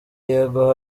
yego